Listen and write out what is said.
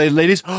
ladies